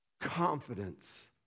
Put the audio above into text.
Confidence